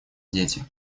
дети